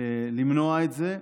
למנוע את זה.